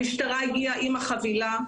המשטרה הגיעה עם החבילה,